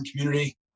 community